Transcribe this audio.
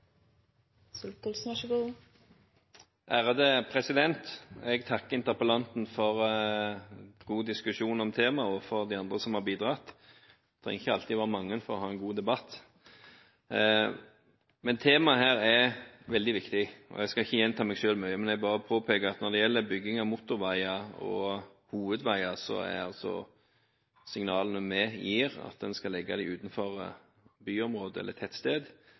Jeg takker interpellanten for en god diskusjon om temaet – og de andre som har bidratt; det trenger ikke alltid å være mange for å ha en god debatt. Men temaet her er veldig viktig. Jeg skal ikke gjenta meg selv, men bare påpeke at når det gjelder bygging av motorveier og hovedveier, er signalene vi gir, at en skal legge dem utenfor byområde eller tettsted,